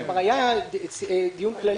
כבר היה דיון כללי.